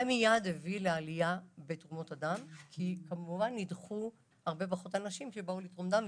זה הביא מיד לעלייה בתרומות הדם כי נדחו הרבה פחות אנשים שבאו לתרום דם,